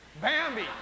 Bambi